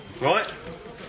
right